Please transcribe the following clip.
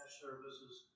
services